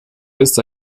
ist